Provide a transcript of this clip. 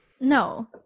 No